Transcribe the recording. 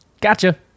Gotcha